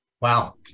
Wow